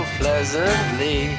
pleasantly